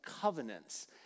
covenants